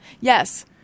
Yes